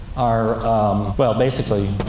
are well, basically,